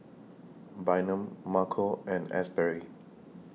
Bynum Marco and Asberry